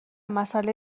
مسئله